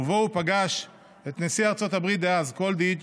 שבו פגש את נשיא ארצות הברית דאז קולידג'